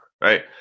right